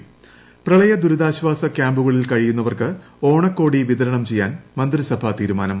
ന് പ്രളയദുരിതാശ്ചാസ കൃാമ്പുകളിൽ കഴിയുന്നുപ്പിൽക ഓണക്കോടി വിതരണം ചെയ്യാൻ മന്ത്രിസഭാ തീരുമാനം